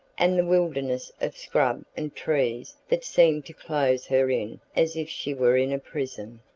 and the wilderness of scrub and trees that seemed to close her in as if she were in a prison.